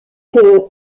que